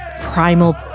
primal